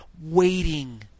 waiting